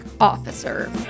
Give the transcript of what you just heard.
officer